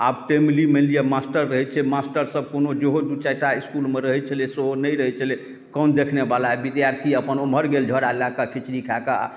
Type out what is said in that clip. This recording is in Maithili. आब टाइमली मानि लिअ मास्टर रहैत छै मास्टर सभ कोनो जेहो दू चारिटा इसकुलमे रहैत छलै सेहो नहि रहैत छलै कोन देखने वाला है विद्यार्थी अपन ओम्हर गेल झोरा लएके खिचड़ी खायके